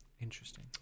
interesting